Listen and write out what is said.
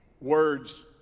words